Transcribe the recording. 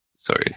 Sorry